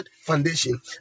foundation